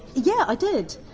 yeah i did!